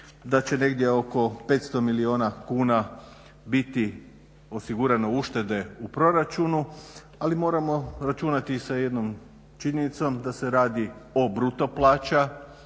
da će negdje oko 500 milijuna kuna biti osigurano uštede u proračunu, ali moramo računati sa jednom činjenicom da se radi o bruto plaća,